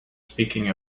speaking